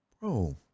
bro